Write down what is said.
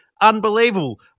Unbelievable